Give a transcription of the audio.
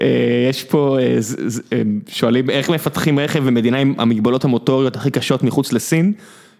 יש פה, שואלים איך מפתחים רכב במדינה עם המגבלות המוטוריות הכי קשות מחוץ לסין.